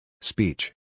Speech